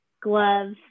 gloves